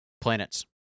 planets